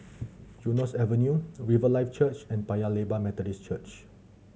Eunos Avenue Riverlife Church and Paya Lebar Methodist Church